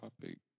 topic